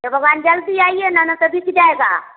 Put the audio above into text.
हे भगवान जल्दी आईए ना ना तभी तो जाएगा